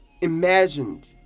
imagined